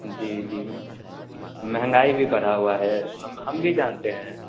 जी जी महँगाई भी बढ़ा हुआ है हम हम भी जानते हैं